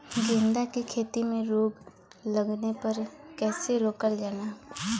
गेंदा की खेती में रोग लगने पर कैसे रोकल जाला?